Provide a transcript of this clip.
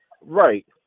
right